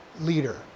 leader